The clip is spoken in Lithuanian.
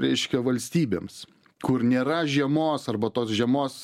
reiškia valstybėms kur nėra žiemos arba tos žiemos